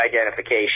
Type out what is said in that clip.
identification